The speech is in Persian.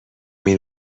این